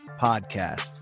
Podcast